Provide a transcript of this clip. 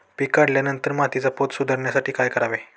पीक काढल्यावर मातीचा पोत सुधारण्यासाठी काय करावे?